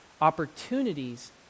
opportunities